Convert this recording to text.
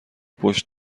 پشت